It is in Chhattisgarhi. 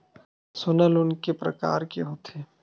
सोना लोन के प्रकार के होथे?